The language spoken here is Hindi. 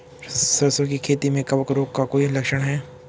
सरसों की खेती में कवक रोग का कोई लक्षण है?